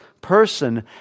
person